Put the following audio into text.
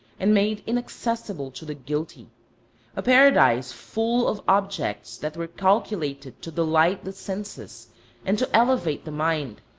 and made inaccessible to the guilty a paradise full of objects that were calculated to delight the senses and to elevate the mind,